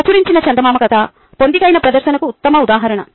ప్రచురించిన చందమామ కథ పొందికైన ప్రదర్శనకు ఉత్తమ ఉదాహరణ